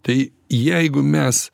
tai jeigu mes